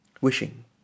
wishing